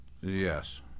Yes